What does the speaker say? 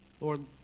Lord